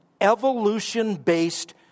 evolution-based